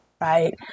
Right